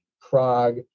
Prague